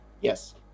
Yes